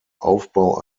aufbau